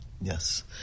Yes